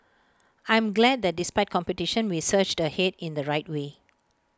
I'm glad that despite competition we surged ahead in the right way